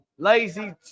Lazy